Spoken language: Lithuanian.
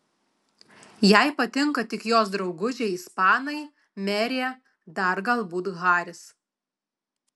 jai patinka tik jos draugužiai ispanai merė dar galbūt haris